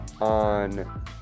on